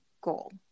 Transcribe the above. goal